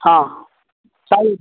हं चाल